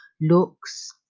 looks